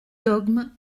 dogmes